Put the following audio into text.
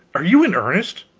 are you in earnest?